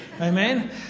Amen